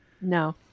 No